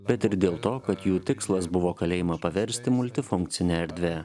bet ir dėl to kad jų tikslas buvo kalėjimą paversti multifunkcine erdve